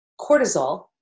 cortisol